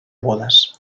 bodas